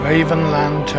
Ravenland